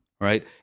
right